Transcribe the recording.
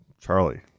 Charlie